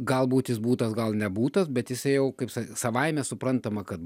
galbūt jis būtas gal nebūtas bet jisai jau kaip savaime suprantama kad